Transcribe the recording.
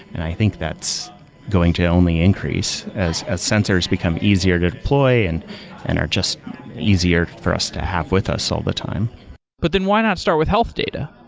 and i think that's going to only increase as as sensors become easier to deploy and and are just easier for us to have with us all the time but then why not start with health data?